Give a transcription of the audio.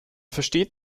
versteht